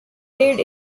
did